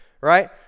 right